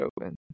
open